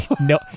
No